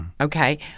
Okay